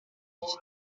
iki